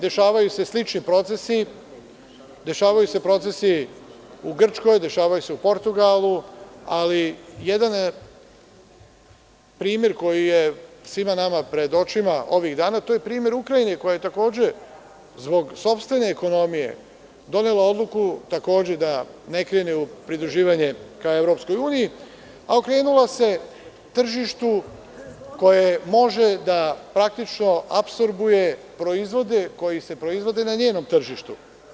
Dešavaju se slični procesi, dešavaju se procesi u Grčkoj, dešavaju se u Portugalu, ali jedan primer koji je svima nama pred očima ovih dana to je primer Ukrajine koja je takođe zbog sopstvene ekonomije donela odluku da ne krene u pridruživanje ka EU, a okrenula se tržištu koje može da apsorbuje proizvode koji se proizvode na njenom tržištu.